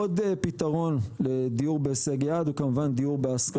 עוד פתרון לדיור בהישג יד - כמובן דיור בהשכרה.